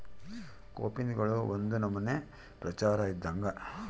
ಕೋಪಿನ್ಗಳು ಒಂದು ನಮನೆ ಪ್ರಚಾರ ಇದ್ದಂಗ